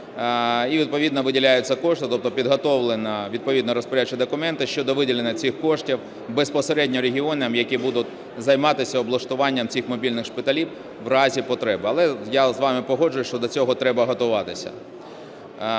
І відповідно виділяються кошти. Тобто підготовлені відповідно розпорядчі документи щодо виділення цих коштів безпосередньо регіонам, які будуть займатися облаштуванням цих мобільних шпиталів у разі потреби. Але я з вами погоджуюся, що до цього треба готуватися.